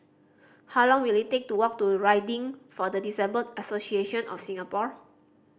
how long will it take to walk to Riding for the Disabled Association of Singapore